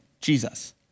Jesus